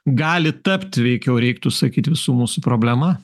gali tapti veikiau reiktų sakyti visų mūsų problema